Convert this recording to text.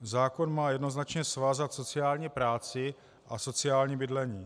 Zákon má jednoznačně svázat sociální práci a sociální bydlení.